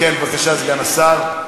בבקשה, סגן השר.